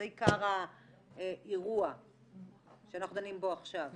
זה עיקר האירוע שאנחנו דנים בו עכשיו.